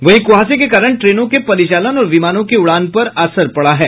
वहीं कुहासे के कारण ट्रेनों के परिचालन और विमानों के उड़ान पर असर पड़ा है